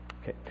Okay